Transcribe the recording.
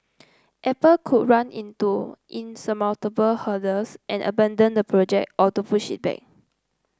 apple could run into insurmountable hurdles and abandon the project or to push it back